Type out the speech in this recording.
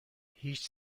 هیچ